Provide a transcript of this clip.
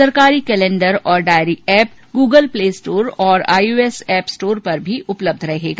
सरकारी कैलेंडर और diary app Google play store और आईओएस एप स्टोर पर उपलब्ध रहेगा